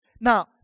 Now